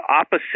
opposite